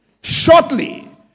Shortly